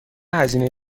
هزینه